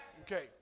Okay